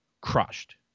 crushed